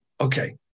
Okay